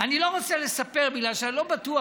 אני לא רוצה לספר, בגלל שאני לא בטוח.